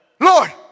Lord